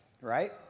right